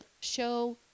show